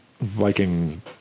Viking